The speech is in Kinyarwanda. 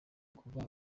kuva